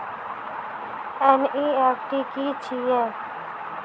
NEFT की छीयै?